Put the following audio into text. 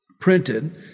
printed